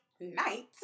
night